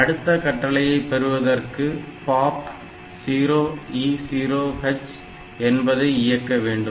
அடுத்த கட்டளையை பெறுவதற்கு POP 0E0 H என்பதை இயக்க வேண்டும்